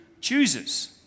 chooses